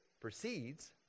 proceeds